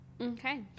Okay